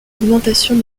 augmentation